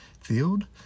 field